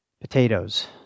potatoes